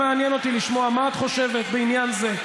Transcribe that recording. מעניין אותי לשמוע מה את חושבת בעניין זה,